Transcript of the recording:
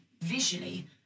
visually